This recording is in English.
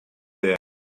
there